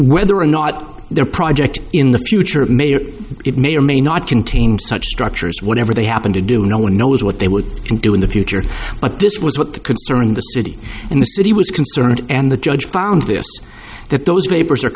whether or not their project in the future of may or it may or may not contain such structures whatever they happen to do no one knows what they would do in the future but this was what the concern the city and the city was concerned and the judge found that those papers